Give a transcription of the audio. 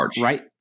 right